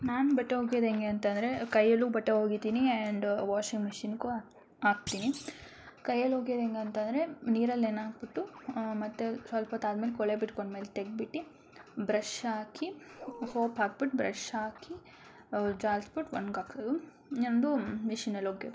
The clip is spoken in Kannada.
ನಾನು ಬಟ್ಟೆ ಒಗ್ಯೋದು ಹೇಗೆ ಅಂತ ಅಂದರೆ ಕೈಯಲ್ಲೂ ಬಟ್ಟೆ ಒಗಿತೀನಿ ಆ್ಯಂಡ್ ವಾಷಿಂಗ್ ಮೆಷಿನ್ಗೂ ಹಾಕ್ತಿನಿ ಕೈಯಲ್ಲಿ ಒಗ್ಯೋದು ಹೆಂಗ್ ಅಂತಂದರೆ ನೀರಲ್ಲಿ ನೆನೆ ಹಾಕ್ಬಿಟ್ಟು ಮತ್ತೆ ಸ್ವಲ್ಪ ಹೊತ್ ಆದಮೇಲೆ ಕೊಳೆ ಬಿಟ್ಕೊಂಡ್ಮೇಲೆ ತೆಗಿದ್ಬಿಟ್ಟು ಬ್ರಷ್ ಹಾಕಿ ಸೋಪ್ ಹಾಕ್ಬಿಟ್ಟು ಬ್ರಷ್ ಹಾಕಿ ಜಾಲ್ಸಿ ಬಿಟ್ಟು ಒಣ್ಗ ಹಾಕೋದು ಇನ್ನೊಂದು ಮೆಷಿನಲ್ಲಿ ಒಗೆಯೋದು